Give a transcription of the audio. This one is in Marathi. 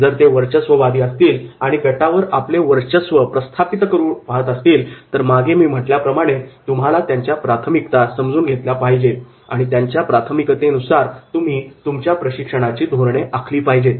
जर ते वर्चस्ववादी असतील आणि गटावर आपले वर्चस्व प्रस्थापित करू पाहात असतील तर मागे म्हटल्याप्रमाणे तुम्हाला त्यांच्या प्राथमिकता समजून घेतल्या पाहिजे आणि त्यांच्या प्राथमिकतेत्यानुसार तुम्ही तुमच्या प्रशिक्षणाची धोरणे आखली पाहिजे